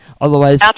Otherwise